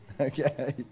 okay